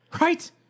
Right